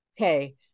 okay